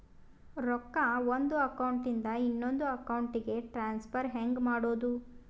ರೊಕ್ಕ ಒಂದು ಅಕೌಂಟ್ ಇಂದ ಇನ್ನೊಂದು ಅಕೌಂಟಿಗೆ ಟ್ರಾನ್ಸ್ಫರ್ ಹೆಂಗ್ ಮಾಡೋದು?